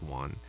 one